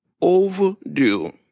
overdue